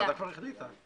הוועדה כבר החליטה.